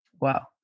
Wow